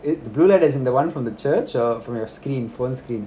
e~ the blue light as in the one from the church or from your screen phone screen